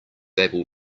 able